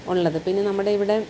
ഉള്ളത് പിന്നെ നമ്മടിവിടെ